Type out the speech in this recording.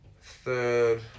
Third